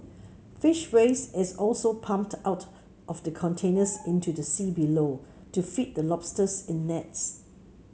fish waste is also pumped out of the containers into the sea below to feed the lobsters in nets